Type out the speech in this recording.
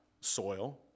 soil